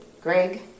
Greg